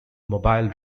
mobile